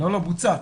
לא, בוצע.